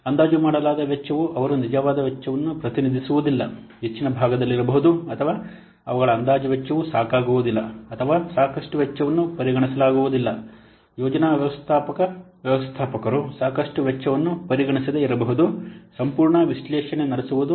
ಅಂದಾಜು ಮಾಡಲಾದ ವೆಚ್ಚವು ಅವರು ನಿಜವಾದ ವೆಚ್ಚವನ್ನು ಪ್ರತಿನಿಧಿಸುವುದಿಲ್ಲ ಹೆಚ್ಚಿನ ಭಾಗದಲ್ಲಿರಬಹುದು ಅಥವಾ ಅವುಗಳ ಅಂದಾಜು ವೆಚ್ಚವು ಸಾಕಾಗುವುದಿಲ್ಲ ಅಥವಾ ಸಾಕಷ್ಟು ವೆಚ್ಚವನ್ನು ಪರಿಗಣಿಸಲಾಗುವುದಿಲ್ಲ ಯೋಜನಾ ವ್ಯವಸ್ಥಾಪಕ ವ್ಯವಸ್ಥಾಪಕರು ಸಾಕಷ್ಟು ವೆಚ್ಚವನ್ನು ಪರಿಗಣಿಸದೆ ಇರಬಹುದು ಸಂಪೂರ್ಣ ವಿಶ್ಲೇಷಣೆ ನಡೆಸುವುದು